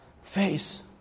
face